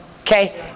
Okay